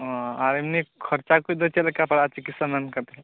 ᱚᱸ ᱟᱨ ᱮᱢᱱᱤ ᱠᱷᱚᱨᱪᱟ ᱠᱚᱫᱚ ᱪᱮᱫᱞᱮᱠᱟ ᱯᱟᱲᱟᱜ ᱟ ᱪᱤᱠᱤᱥᱥᱟ ᱡᱮᱱᱠᱟᱛᱮᱫ